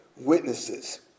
witnesses